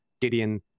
Gideon